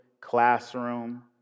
classroom